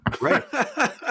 Right